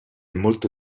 molto